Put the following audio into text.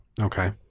Okay